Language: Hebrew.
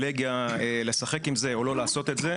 פריבילגיה לשחק עם זה או לא לעשות את זה,